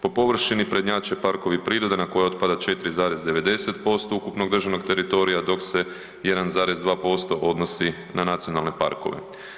Po površini prednjače parkovi prirode na koje otpada 4,90% ukupnog državnog teritorija dok se 1,2% odnosi na nacionalne parkove.